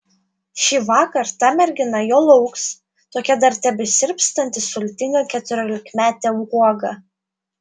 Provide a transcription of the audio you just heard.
šįvakar ta mergina jo lauks tokia dar tebesirpstanti sultinga keturiolikmetė uoga